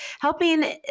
helping